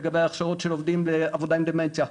לגבי הכשרות של עובדים לעבודה עם דמנציה.